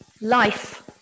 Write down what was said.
Life